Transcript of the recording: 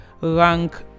rank